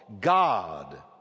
God